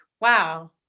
wow